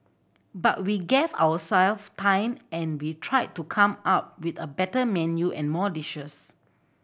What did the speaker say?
but we gave ourselves time and we tried to come up with a better menu and more dishes